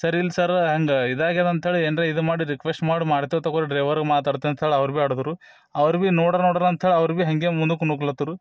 sir ಇಲ್ಲ sir ಹಂಗಾ ಇದು ಆಗ್ಯದ ಅಂತೇಳಿ ಏನರ ಇದು ಮಾಡಿ ರಿಕ್ವೆಸ್ಟ್ ಮಾಡಿ ಮಾಡ್ತೆವು ತಗೊಳಿ ಡ್ರೈವರಗೆ ಮಾತಾಡ್ತೆವು ಅಂತೇಳಿ ಅವ್ರು ಭಿ ಆಡಿದ್ರು ಅವ್ರು ಭಿ ನೋಡಿ ನೋಡರ್ ಅಂತೇಳಿ ಅವ್ರು ಭಿ ಹಾಗೆ ಮುಂದಕ್ಕೆ ನೂಕ್ಲತ್ತರು